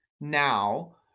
now